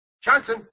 Johnson